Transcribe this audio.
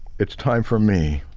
it's time for me